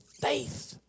faith